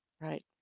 right